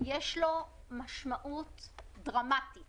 יש לו משמעות דרמטית